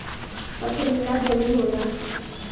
पथरीला जमीन होला